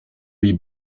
wie